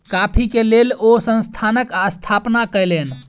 coffee के लेल ओ संस्थानक स्थापना कयलैन